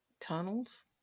tunnels